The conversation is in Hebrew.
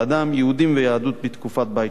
יהודים ויהדות בתקופת בית שני,